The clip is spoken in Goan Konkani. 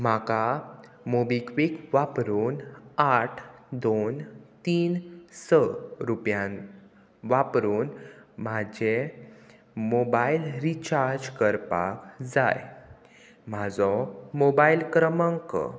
म्हाका मोबिक्विक वापरून आठ दोन तीन स रुपयान वापरून म्हाजें मोबायल रिचार्ज करपाक जाय म्हाजो मोबायल क्रमांक